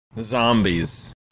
Zombies